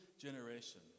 generation